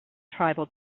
tribal